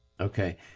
Okay